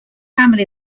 family